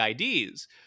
IDs